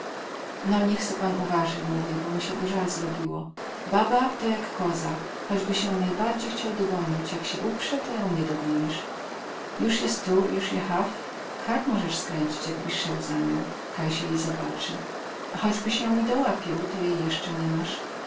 no niech se pan uwazy mówię bo mi sie go zal zrobiło baba to jak koza choćbyś ją najbardzi chciał dogonić jak sie uprze to ją nie dogonis juz je tu juz je haw kark mozes skręcić jakbyś seł za nią ka sie jej zabazy a choćbyś ją i dołapieł to je jesce ni mas